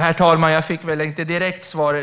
Herr talman! Jag fick inget direkt svar.